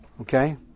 Okay